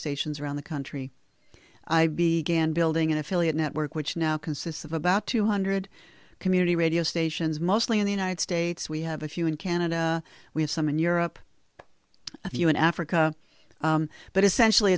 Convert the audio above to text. stations around the country i began building an affiliate network which now consists of about two hundred community radio stations mostly in the united states we have a few in canada we have some in europe a few in africa but